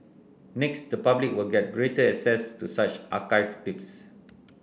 next the public will get greater access to such archived clips